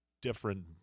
different